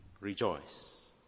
rejoice